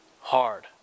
hard